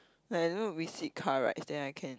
like I don't know we sit car rides then I can